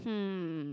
hmm